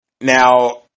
Now